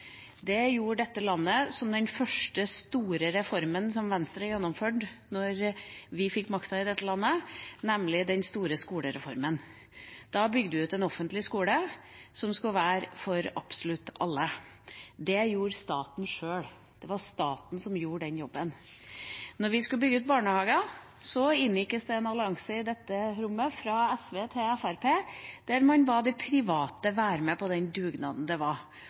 Det gjorde dette landet med den første store reformen Venstre gjennomførte da vi fikk makta i dette landet, nemlig den store skolereformen. Da bygde vi ut en offentlig skole som skulle være for absolutt alle. Det gjorde staten sjøl. Det var staten som gjorde den jobben. Da vi skulle bygge ut barnehagene, inngikkes det en allianse i dette rommet fra SV til Fremskrittspartiet, der man ba de private være med på den dugnaden det var.